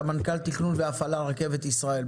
סמנכ"ל תכנון והפעלה של רכבת ישראל,